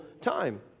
time